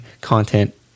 content